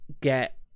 get